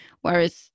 Whereas